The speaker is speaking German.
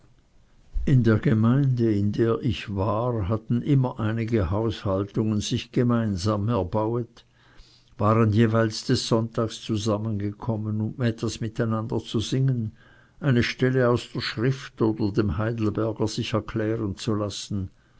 in der gemeinde in der ich war hatten immer einige haushaltungen sich gemeinsam erbauet waren jeweilen des sonntags zusammengekommen um etwas mit einander zu singen eine stelle aus der schrift oder dem heidelberger sich erklären zu lassen